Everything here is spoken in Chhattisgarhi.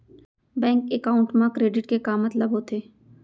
बैंक एकाउंट मा क्रेडिट के का मतलब होथे?